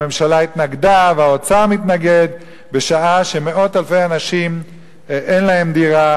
הממשלה התנגדה והאוצר מתנגד בשעה שמאות אלפי אנשים אין להם דירה.